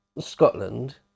Scotland